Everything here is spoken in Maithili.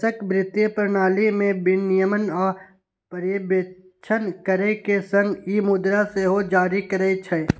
देशक वित्तीय प्रणाली के विनियमन आ पर्यवेक्षण करै के संग ई मुद्रा सेहो जारी करै छै